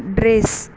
dress